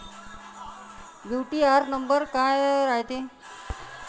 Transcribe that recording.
UTR number काय रायते?